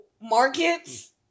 markets